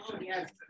yes